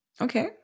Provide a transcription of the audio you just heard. Okay